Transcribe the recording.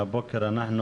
מהבוקר אנחנו